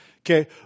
Okay